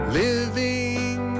living